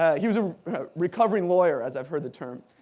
he was a recovering lawyer, as i've heard the term,